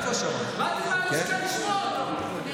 באתי מהלשכה לשמוע אותו.